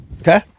Okay